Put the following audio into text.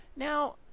Now